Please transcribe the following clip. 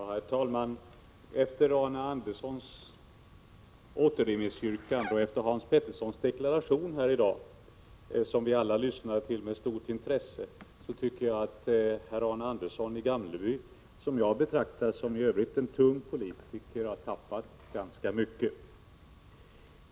Herr talman! Efter Arne Anderssons i Gamleby yrkande på återremiss och Hans Peterssons i Hallstahammar deklaration här i dag, vilken vi alla lyssnade till med stort intresse, tycker jag att Arne Andersson — som jag betraktar som en i övrigt tung politiker — har tappat ganska mycket.